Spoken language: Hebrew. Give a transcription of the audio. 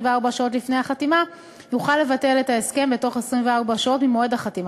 שעות לפני החתימה יוכל לבטל את ההסכם בתוך 24 שעות ממועד החתימה.